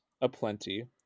aplenty